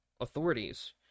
authorities—